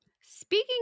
Speaking